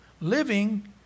living